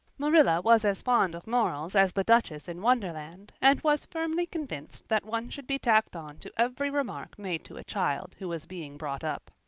marilla was as fond of morals as the duchess in wonderland, and was firmly convinced that one should be tacked on to every remark made to a child who was being brought up.